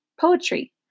poetry